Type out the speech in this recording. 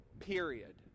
period